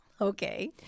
Okay